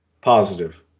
Positive